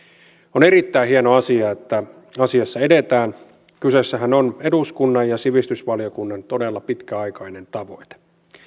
on erittäin hieno asia että asiassa edetään kyseessähän on eduskunnan ja sivistysvaliokunnan todella pitkäaikainen tavoite